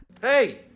Hey